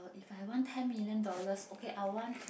orh if I won ten million dollars okay I want to